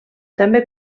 també